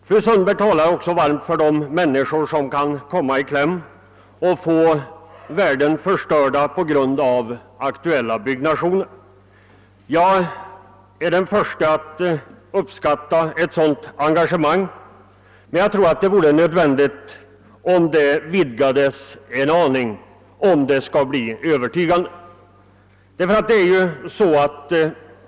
Fru Sundberg talade också varmt för de människor som här kan komma i kläm och få oersättliga värden förstörda av aktuella byggnationer. Jag är den första att uppskatta ett sådant engagemang men tror det är nödvändigt att vidga det en aning, om det skall bli övertygande.